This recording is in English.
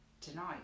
tonight